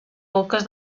boques